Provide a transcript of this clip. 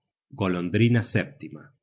sabe evitar sus golpes golondrina setima